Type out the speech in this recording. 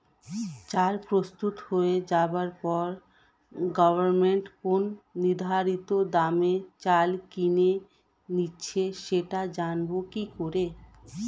চাল প্রস্তুত হয়ে যাবার পরে গভমেন্ট কোন নির্ধারিত দামে চাল কিনে নিচ্ছে সেটা জানবো কি করে?